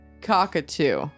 cockatoo